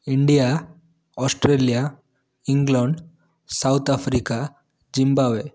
India Australia England South Africa Zimbabwe